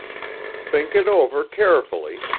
think it over carefully,